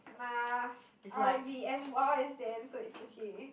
nah I'll be as wild as them so is okay